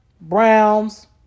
Browns